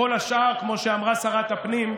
בכל השאר, כמו שאמרה שרת הפנים,